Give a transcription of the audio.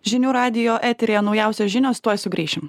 žinių radijo eteryje naujausios žinios tuoj sugrįšim